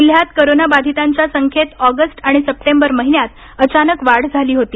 जिल्ह्यात कोरोनाबाधितांच्या संख्येत ऑगस्ट आणि सप्टेंबर महिन्यात अचानक वाढ झाली होती